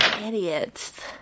Idiots